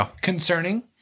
concerning